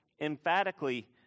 emphatically